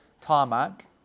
tarmac